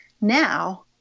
Now